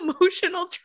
emotional